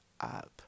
up